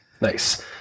Nice